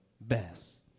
best